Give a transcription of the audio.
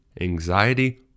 anxiety